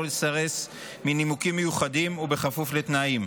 לסרס מנימוקים מיוחדים ובכפוף לתנאים.